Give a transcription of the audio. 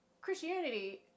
Christianity